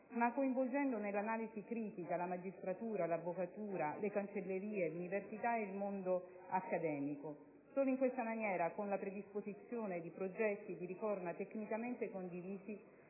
ma coinvolgendo nell'analisi critica la magistratura, l'avvocatura, le cancellerie, l'università ed il mondo accademico. Solo in questa maniera, con la predisposizione di progetti di riforma tecnicamente condivisi,